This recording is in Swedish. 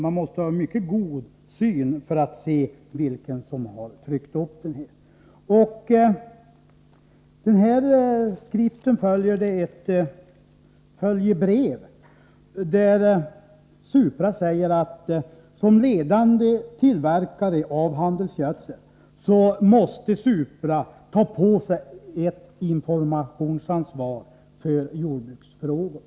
Man skall ha mycket god syn för att se vem som ligger bakom broschyren. Till denna skrift finns ett följebrev, där Supra säger: Som ledande tillverkare av handelsgödsel måste Supra ta på sig ett informationsansvar avseende jordbruksfrågor.